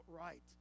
right